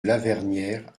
lavernière